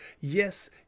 yes